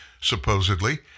supposedly